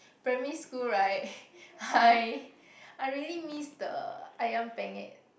primary school right I I really miss the Ayam-Penyet